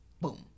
Boom